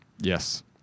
Yes